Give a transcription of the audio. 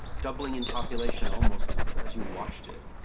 doubling in population almost as you watched it,